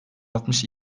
altmış